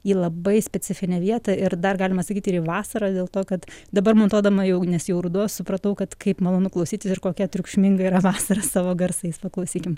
į labai specifinę vietą ir dar galima sakyti ir į vasarą dėl to kad dabar montuodama jau nes jau ruduo supratau kad kaip malonu klausytis ir kokia triukšminga yra vasara savo garsais paklausykim